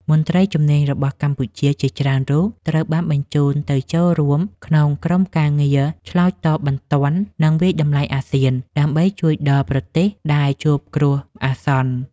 មន្ត្រីជំនាញរបស់កម្ពុជាជាច្រើនរូបត្រូវបានបញ្ជូនទៅចូលរួមក្នុងក្រុមការងារឆ្លើយតបបន្ទាន់ និងវាយតម្លៃអាស៊ាន ដើម្បីជួយដល់ប្រទេសដែលជួបគ្រោះអាសន្ន។